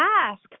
ask